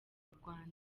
rwanda